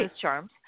Charms